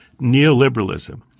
neoliberalism